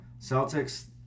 Celtics